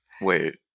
Wait